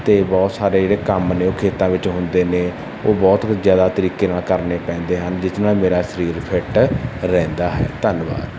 ਅਤੇ ਬਹੁਤ ਸਾਰੇ ਜਿਹੜੇ ਕੰਮ ਨੇ ਉਹ ਖੇਤਾਂ ਵਿੱਚ ਹੁੰਦੇ ਨੇ ਉਹ ਬਹੁਤ ਜ਼ਿਆਦਾ ਤਰੀਕੇ ਨਾਲ ਕਰਨੇ ਪੈਂਦੇ ਹਨ ਜਿਸ ਨਾਲ ਮੇਰਾ ਸਰੀਰ ਫਿਟ ਰਹਿੰਦਾ ਹੈ ਧੰਨਵਾਦ